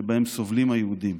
שבהם סובלים היהודים.